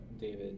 David